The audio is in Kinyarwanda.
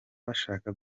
bashaka